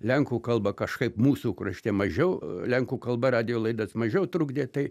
lenkų kalbą kažkaip mūsų krašte mažiau lenkų kalba radijo laidas mažiau trukdė tai